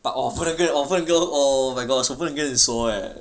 but 我不能我不能够 oh my gosh 我不能跟你说 eh